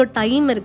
time